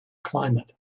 climate